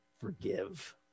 forgive